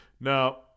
Now